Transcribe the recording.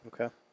Okay